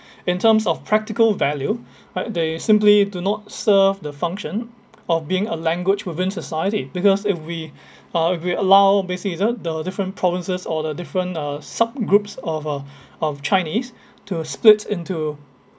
in terms of practical value right they simply do not serve the function of being a language within society because if we uh if we allow basically the the different provinces or the different uh subgroups of uh of chinese to split into